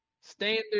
Standard